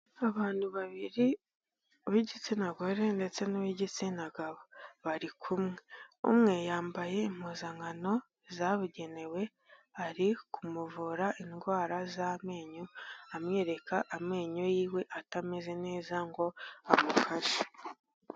Abantu babiri b'igitsina gore ndetse n'uw'igitsina gabo, bari kumwe, umwe yambaye impuzankano zabugenewe, ari kumuvura indwara z'amenyo, amwereka amenyo yiwe atameze neza ngo amufashe.